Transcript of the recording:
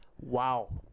wow